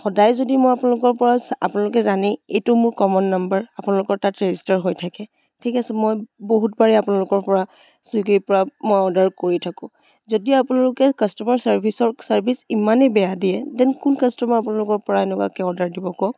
সদায় যদি মই আপোনালোকৰ পৰা আপোনালোকে জানেই এইটো মোৰ কমন নম্বৰ আপোনালোকৰ তাত ৰেজিষ্টাৰ হৈ থাকে ঠিক আছে মই বহুত বাৰেই আপোনালোকৰ পৰা ছুইগিৰ পৰা মই অৰ্ডাৰ কৰি থাকোঁ যদি আপোনালোকে কষ্টমাৰ ছাৰ্ভিচক ছাৰ্ভিচ ইমানেই বেয়া দিয়ে ডেন কোন কাষ্টমাৰ আপোনালোকৰ পৰা এনেকুৱাকৈ অৰ্ডাৰ দিব কওক